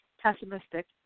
Pessimistic